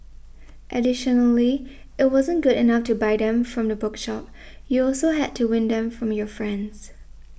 additionally it wasn't good enough to buy them from the bookshop you also had to win them from your friends